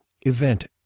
event